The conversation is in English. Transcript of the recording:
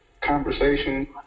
conversation